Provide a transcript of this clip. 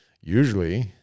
usually –